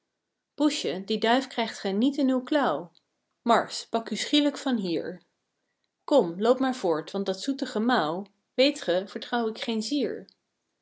poesje die duif krijgt gij niet in uw klauw marsch pak u schielijk van hier kom loop maar voort want dat zoete gemauw weet ge vertrouw ik geen zier